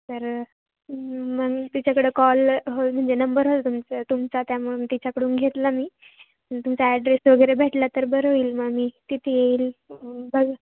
तर मग तिच्याकडं कॉल होल म्हणजे नंबर होय तुमचं तुमचा त्यामुळं तिच्याकडून घेतला मी तुमचा ॲड्रेस वगैरे भेटला तर बरं होईल मग मी तिथे येईल बघू